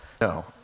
no